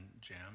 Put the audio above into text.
jam